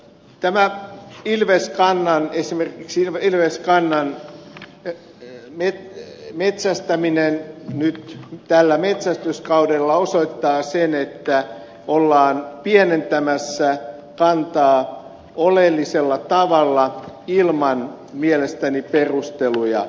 tämä ilves a muna on esimerkiksi ilveskannan metsästäminen nyt tällä metsästyskaudella osoittaa sen että ollaan pienentämässä kantaa oleellisella tavalla mielestäni ilman perusteluja